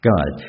God